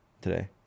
today